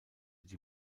die